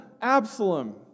Absalom